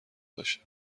باشه